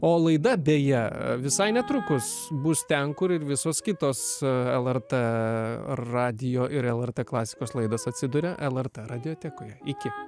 o laida deja visai netrukus bus ten kur ir visos kitos lrt radijo ir lrt klasikos laidos atsiduria lrt radiotekoje iki